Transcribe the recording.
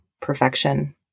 perfection